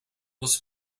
was